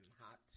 hot